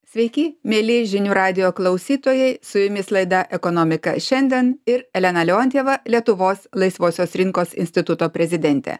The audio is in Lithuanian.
sveiki mieli žinių radijo klausytojai su jumis laida ekonomika šiandien ir elena leontjeva lietuvos laisvosios rinkos instituto prezidentė